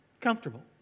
Comfortable